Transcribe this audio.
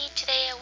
today